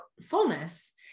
fullness